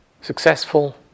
successful